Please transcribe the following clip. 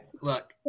Look